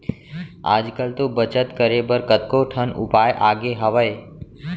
आज कल तो बचत करे बर कतको ठन उपाय आगे हावय